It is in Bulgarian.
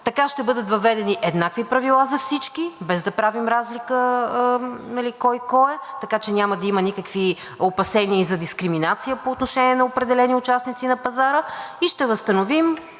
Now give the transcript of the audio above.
Така ще бъдат въведени еднакви правила за всички, без да правим разлика кой кой е, така че няма да има никакви опасения за дискриминация по отношение на определени участници на пазара и ще възстановим